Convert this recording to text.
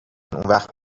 اونوقت